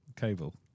cable